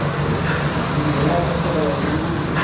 ಮತ್ತು ಇದು ಎಲ್ಲಾ ಸಸ್ಯಗಳಲ್ಲಿ ಇರುವುದಿಲ್ಲ